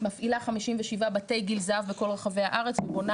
מפעילה 57 בתי גיל זהב בכל רחבי הארץ ובונה